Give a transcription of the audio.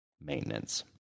maintenance